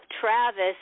Travis